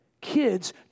Kids